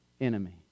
enemy